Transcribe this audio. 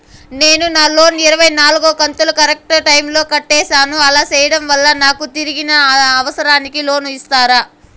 నేను నా లోను ఇరవై నాలుగు కంతులు కరెక్టు టైము లో కట్టేసాను, అలా సేయడం వలన నాకు తిరిగి నా అవసరానికి లోను ఇస్తారా?